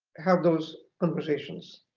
have those conversations.